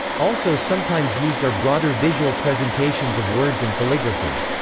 also sometimes used are broader visual presentations of words and calligraphy.